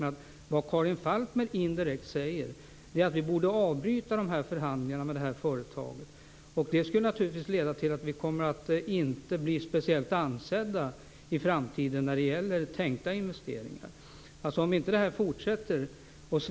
Vad Karin Falkmer indirekt säger är att vi borde avbryta förhandlingarna med det här företaget. Det skulle leda till att vi i framtiden inte kommer att bli speciellt ansedda bland dem som tänker investera.